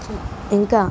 ఇంకా